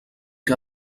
que